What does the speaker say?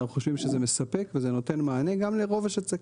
אנחנו חושבים שזה מספק וזה נותן מענה גם לרוב השצ"פים.